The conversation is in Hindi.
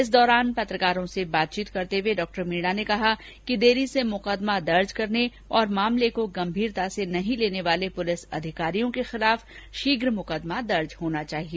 इस दौरान पत्रकारों से बातचीत करते हुए श्री मीणा ने कहा कि देरी से मुकदमा दर्ज करने और मामले को गंभीरता से नहीं लेने वाले पुलिस अधिकारियों के खिलाफ शीघ्र मुकदमा दर्ज होना चाहिए